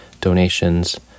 donations